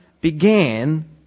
began